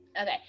Okay